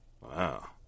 Wow